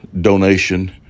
donation